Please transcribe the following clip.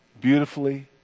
beautifully